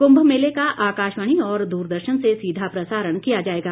कुंभ मेले का आकाशवाणी और दूरदर्शन से सीधा प्रसारण किया जाएगा